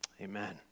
amen